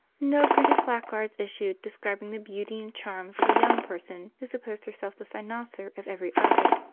no printed placards issued describing the beauty and charms of a young person who supposed herself the cynosure of every eye.